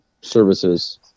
services